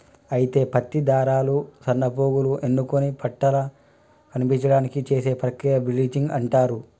అయితే పత్తి దారాలు సన్నపోగులు ఎన్నుకొని పట్టుల కనిపించడానికి చేసే ప్రక్రియ బ్లీచింగ్ అంటారు